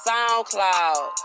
SoundCloud